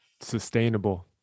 Sustainable